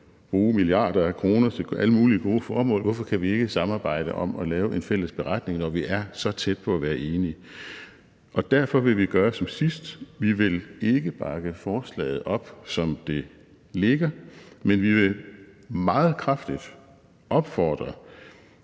bruge milliarder af kroner til alle mulige gode formål, hvorfor kan vi så ikke samarbejde om at lave en fælles beretning, når vi er så tæt på at være enige? Derfor vil vi gøre som sidst. Vi vil ikke bakke forslaget op, som det ligger, men vi vil meget kraftigt opfordre